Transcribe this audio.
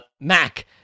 Mac